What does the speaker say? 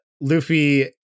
Luffy